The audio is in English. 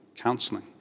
counselling